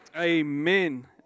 Amen